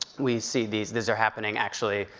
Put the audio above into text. we see these, these are happening, actually,